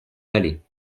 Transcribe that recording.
palais